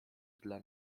dla